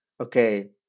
okay